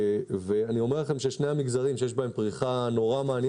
אני אומר לכם ששני המגזרים שיש בהם פריחה מעניינת